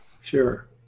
Sure